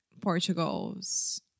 Portugal's